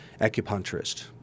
acupuncturist